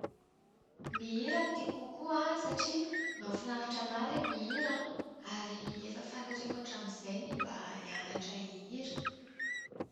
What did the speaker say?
Mihira no tiako kokoa an satria mahafinaritra ahy ilay mihira ary efa faniriako hatramin'izay ny mba hianatra hihira.